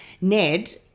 Ned